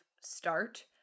start